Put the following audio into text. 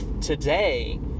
today